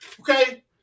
okay